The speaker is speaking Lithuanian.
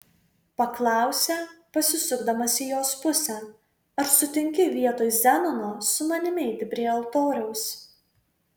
paklausė pasisukdamas į jos pusę ar sutinki vietoj zenono su manimi eiti prie altoriaus